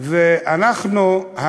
ואנחנו,